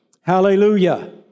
Hallelujah